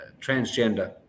transgender